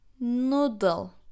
Noodle